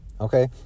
okay